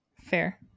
Fair